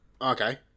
Okay